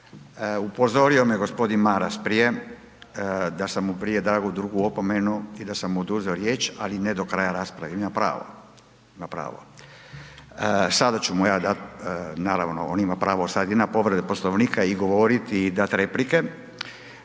upozorio me gospodin Maras prije, da sam mu prije dao drugu opomenu, i da sam mu oduzeo riječ, ali ne do kraja rasprave, ima pravo, ima pravo. Sada ću mu ja dati, naravno, on ima pravo sada i na povredu Poslovnika i govoriti i dati replike.